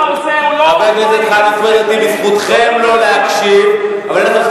חבר הכנסת טיבי, זכותך לא להקשיב, אתה לא יכול